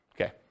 Okay